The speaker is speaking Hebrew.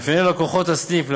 מאפייני לקוחות הסניף,